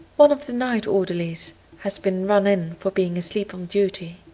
one of the night orderlies has been run in for being asleep on duty.